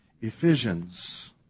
Ephesians